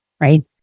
right